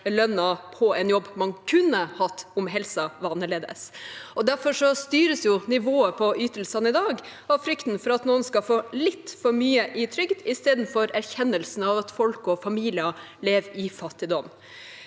lønnen på en jobb man kunne hatt om helsen var annerledes. Derfor styres nivået på ytelsene i dag av frykten for at noen skal få litt for mye i trygd, istedenfor erkjennelsen av at folk og familier lever i fattigdom.